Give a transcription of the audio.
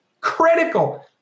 critical